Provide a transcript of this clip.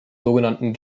sogenannten